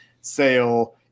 sale